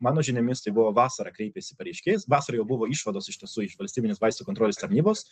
mano žiniomis tai buvo vasarą kreipėsi pareiškėjas vasarą jau buvo išvados iš tiesų iš valstybinės vaistų kontrolės tarnybos